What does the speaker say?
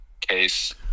case